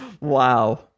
Wow